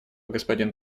господин